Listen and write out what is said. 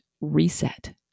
reset